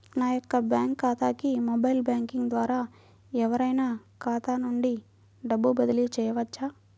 నా యొక్క బ్యాంక్ ఖాతాకి మొబైల్ బ్యాంకింగ్ ద్వారా ఎవరైనా ఖాతా నుండి డబ్బు బదిలీ చేయవచ్చా?